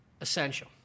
essential